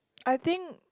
I think